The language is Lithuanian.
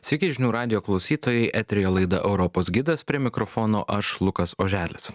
sveiki žinių radijo klausytojai eteryje laida europos gidas prie mikrofono aš lukas oželis